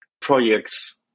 projects